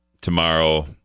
Tomorrow